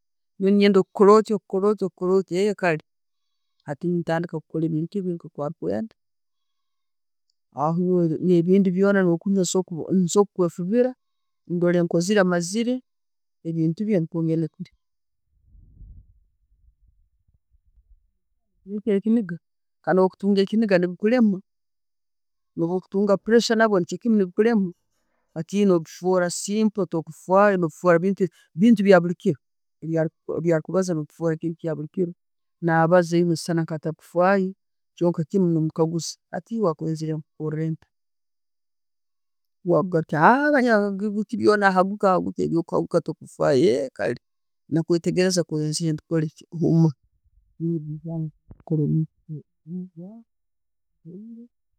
Nenyende ogukore otti, ogukore otti, ogukore otti, kale, hati ntandika kukora ebintu bye nka alikwenda. Aho nebindi byona, no'kunywa nensobora kwefubira ndore nkozire mazire ebintu bye nikwo ngende kulya. Nke ekiniiga, kandi bwo'kutunga ekiniiga, nebikulema. Bwakutunga presure, nabyo ne'bikulema. Hati eiwe nokifora simple, tokufwayo no'kufwayo, bintu byabulikiro. Ebyakubaza no'bifora bintu byabulikiro. Nabaaza eiwe noisana nka'atakufaayo kyonka kimu no'mukaguuza hati wakwenzere nkukore nta na hagukaguka, ebyo kuhagukaguka tokubifaaho no'kwetegereza.